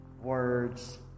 words